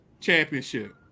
championship